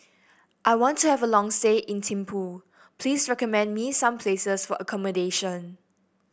I want to have a long stay in Thimphu Please recommend me some places for accommodation